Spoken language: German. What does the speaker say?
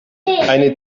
eine